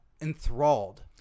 enthralled